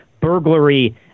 burglary